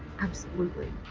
absolutely.